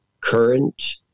current